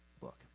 book